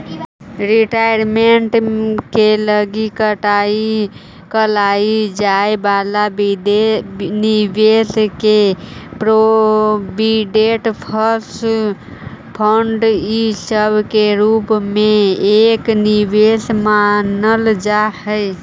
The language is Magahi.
रिटायरमेंट के लगी कईल जाए वाला निवेश के प्रोविडेंट फंड इ सब के रूप में एक निवेश मानल जा हई